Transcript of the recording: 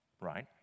right